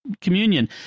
Communion